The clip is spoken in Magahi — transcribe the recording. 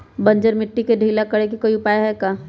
बंजर मिट्टी के ढीला करेके कोई उपाय है का?